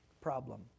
problem